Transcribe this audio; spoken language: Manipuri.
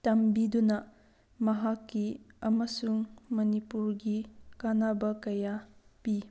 ꯇꯝꯕꯤꯗꯨꯅ ꯃꯍꯥꯛꯀꯤ ꯑꯃꯁꯨꯡ ꯃꯅꯤꯄꯨꯔꯒꯤ ꯀꯥꯟꯅꯕ ꯀꯌꯥ ꯄꯤ